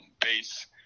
base